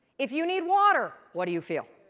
if you need water, what do you feel?